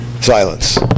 Silence